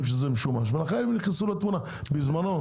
שזה משומש ולכן הם נכנסו לתמונה בזמנו.